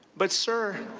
but sir,